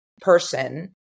person